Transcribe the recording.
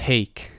Take